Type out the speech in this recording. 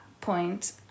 point